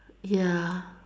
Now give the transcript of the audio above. ya